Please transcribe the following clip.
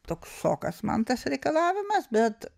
toks šokas man tas reikalavimas bet